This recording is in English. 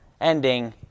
ending